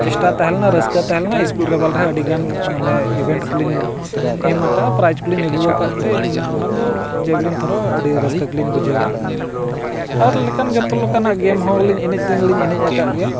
ᱪᱮᱥᱴᱟ ᱛᱟᱦᱮᱸ ᱞᱮᱱᱟ ᱨᱟᱹᱥᱠᱟᱹ ᱛᱟᱦᱮᱸ ᱞᱮᱱᱟ ᱤᱥᱠᱩᱞ ᱞᱮᱵᱮᱞ ᱨᱮᱦᱚᱸ ᱟᱹᱰᱤ ᱜᱟᱱ ᱢᱟᱱᱮ ᱤᱵᱷᱮᱱᱴ ᱠᱚᱞᱤᱧ ᱮᱢ ᱟᱠᱟᱜᱼᱟ ᱯᱨᱟᱭᱤᱡᱽ ᱠᱚᱞᱤᱧ ᱟᱹᱜᱩᱣ ᱟᱠᱟᱫ ᱛᱮ ᱤᱱᱟᱹ ᱚᱱᱟ ᱫᱚ ᱡᱮᱵᱽᱞᱤᱱ ᱛᱷᱨᱳ ᱟᱹᱰᱤ ᱨᱟᱹᱥᱠᱟᱹ ᱜᱤᱞᱤᱧ ᱵᱩᱡᱷᱟᱹᱣᱟ ᱟᱨ ᱞᱮᱠᱟᱱ ᱡᱷᱚᱛᱚ ᱞᱮᱠᱟᱱᱟᱜ ᱜᱮᱢ ᱦᱚᱸᱞᱤᱧ ᱮᱱᱮᱡ ᱫᱤᱱ ᱞᱤᱧ ᱮᱱᱮᱡ ᱟᱠᱟᱫ ᱜᱮᱭᱟ